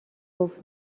قفل